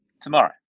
tomorrow